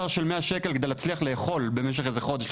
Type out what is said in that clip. שקלים כדי להצליח לאכול במשך חודש,